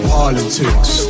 politics